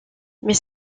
mais